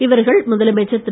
இவர்கள் முதலமைச்சர் திரு